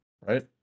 right